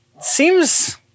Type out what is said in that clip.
seems